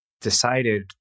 decided